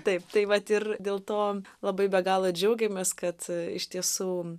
taip tai vat ir dėl to labai be galo džiaugiamės kad iš tiesų